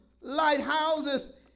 lighthouses